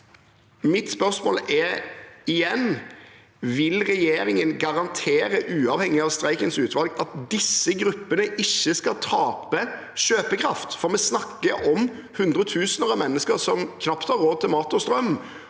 Mitt spørsmål er – igjen: Vil regjeringen garantere, uavhengig av streikens utfall, at disse gruppene ikke skal tape kjøpekraft? Vi snakker om hundretusener av mennesker som knapt har råd til mat og strøm.